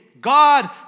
God